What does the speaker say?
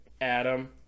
adam